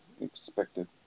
expected